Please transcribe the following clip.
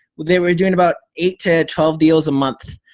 they were doing about eight to twelve deals a month.